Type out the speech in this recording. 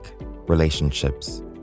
relationships